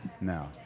now